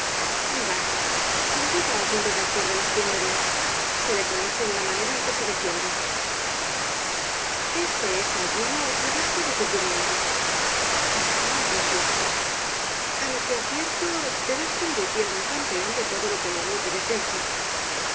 bah sin duda algún redactor de las tinieblas se le conoce en la manera con que se defiende ese es alguno que gasta de tu pimienta añadió ambrosio a lo que advierto te vas convirtiendo en campeón de todo lo que no admite defensa qué